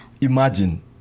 imagine